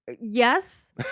Yes